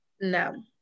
no